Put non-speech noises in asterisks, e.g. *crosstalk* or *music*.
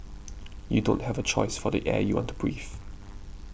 *noise* you don't have a choice for the air you want to breathe